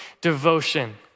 devotion